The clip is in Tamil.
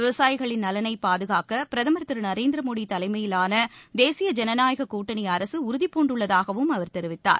விவசாயிகளின் நலனை பாதுகாக்க பிரதமர் திரு நரேந்திர மோடி தலைமையிலான தேசிய ஜனநாயக கூட்டணி அரசு உறுதிபூண்டுள்ளதாகவும் அவர் தெரிவித்தார்